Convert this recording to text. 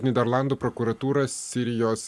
nyderlandų prokuratūra sirijos